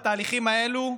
התהליכים האלו,